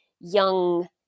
young